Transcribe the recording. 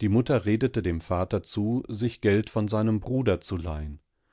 die mutter redete dem vater zu sich geld von seinem bruder zu leihen